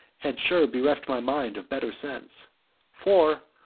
had sure bereft my mind of better sense for,